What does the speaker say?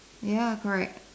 ya correct